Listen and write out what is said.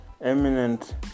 eminent